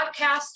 podcast